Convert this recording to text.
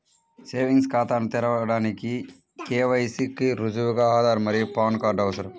savings ఖాతాను తెరవడానికి KYC కి రుజువుగా ఆధార్ మరియు పాన్ కార్డ్ అవసరం